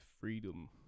freedom